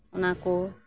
ᱚᱱᱟ ᱠᱚ